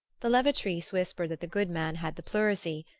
the levatrice whispered that the good man had the pleurisy,